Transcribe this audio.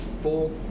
four